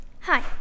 Hi